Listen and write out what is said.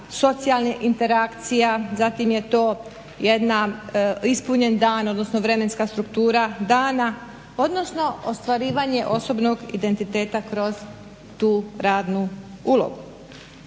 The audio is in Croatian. socijalnih interakcija, zatim je to jedna ispunjen dan, odnosno vremenska struktura dana, odnosno ostvarivanje osobnog identiteta kroz tu radnu ulogu.